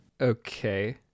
Okay